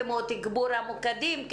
כמו תגבור המוקדים,